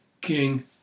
King